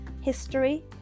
history